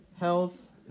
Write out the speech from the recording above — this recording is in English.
health